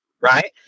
Right